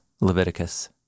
leviticus